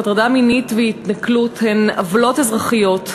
הטרדה מינית והתנכלות הן עוולות אזרחיות,